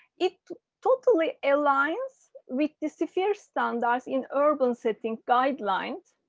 it totally aligns with the sphere standards in urban setting guidelines.